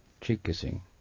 cheek-kissing